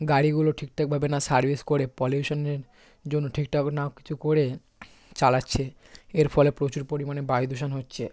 গাড়িগুলো ঠিকঠাকভাবে না সার্ভিস করে পলিউশনের জন্য ঠিকঠাক না কিছু করে চালাচ্ছে এর ফলে প্রচুর পরিমাণে বায়ুদূষণ হচ্ছে